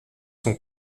son